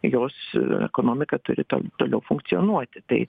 jos ekonomika turi to toliau funkcionuoti tai